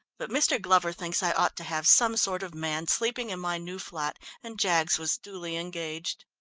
but mr. glover thinks i ought to have some sort of man sleeping in my new flat and jaggs was duly engaged.